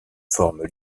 forme